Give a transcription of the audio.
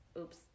Oops